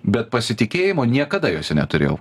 bet pasitikėjimo niekada jose neturėjau